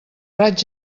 raig